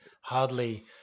hardly